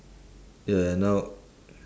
ya ya now